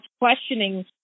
questioning